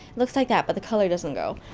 looks like that, but the color doesn't go.